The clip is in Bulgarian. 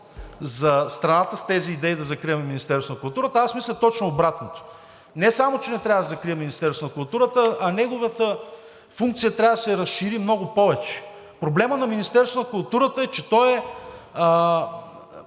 за страната с тези идеи да закриваме Министерството на културата. Аз мисля точно обратното – не само че не трябва да се закрива Министерството на културата, а неговата функция трябва да се разшири много повече. Проблемът на Министерството на културата е, че то е